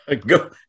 Go